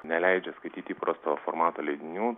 neleidžia skaityti įprasto formato leidinių